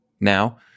Now